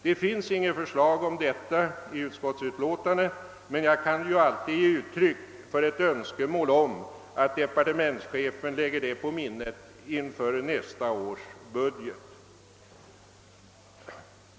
Det finns inget förslag härom i utskottsutlåtandet, men jag kan ju alltid ge uttryck för ett önskemål om att departementschefen lägger detta på minnet inför nästa års budgetarbete.